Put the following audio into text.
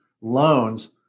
loans